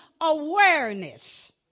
awareness